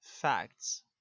facts